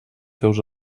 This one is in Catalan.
seus